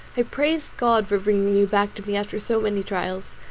i praised god for bringing you back to me after so many trials,